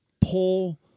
pull